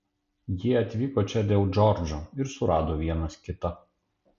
jie atvyko čia dėl džordžo ir surado vienas kitą